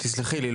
תסלחי לי,